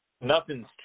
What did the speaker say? Nothing's